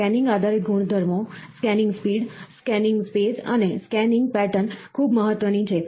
scanning સંબંધિત ગુણધર્મો scanning speed scanning space અને સ્કેનિંગ પેટર્ન ખૂબ મહત્વની છે